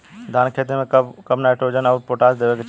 धान के खेती मे कब कब नाइट्रोजन अउर पोटाश देवे के चाही?